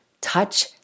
touch